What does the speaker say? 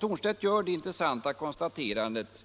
Thornstedt gör det intressanta konstaterandet